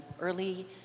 early